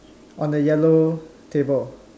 on the yellow table